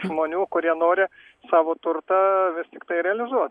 žmonių kurie nori savo turtą vis tiktai realizuo